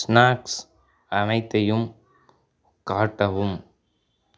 snacks அனைத்தையும் காட்டவும்